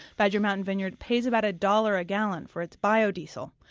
badger mountain vineyard pays about a dollar a gallon for its bio-diesel.